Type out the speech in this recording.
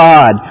God